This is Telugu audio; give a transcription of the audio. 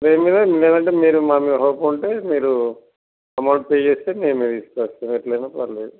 లేదు అంటే మీకు మా మీద హోప్ ఉంటే మీరు అమౌంట్ పే చేస్తే మేమే తీసుకొస్తాము ఎట్లైనా పర్లేదు